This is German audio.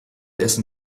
essen